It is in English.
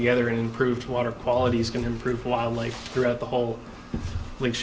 together improved water quality is going to improve wildlife throughout the whole